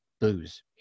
booze